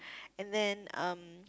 any then um